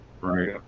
Right